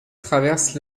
traverse